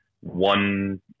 one